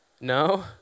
No